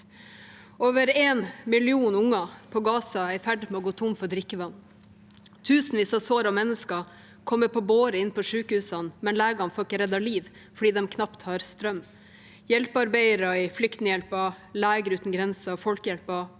Over én million unger i Gaza er i ferd med å gå tomme for drikkevann. Tusenvis av sårede mennesker kommer på båre inn på sykehusene, men legene får ikke red det liv fordi de knapt har strøm. Hjelpearbeidere i Flyktninghjelpen, Leger Uten Grenser og Norsk Folkehjelp